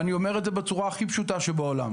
ואני אומר את זה בצורה הכי פשוטה שבעולם: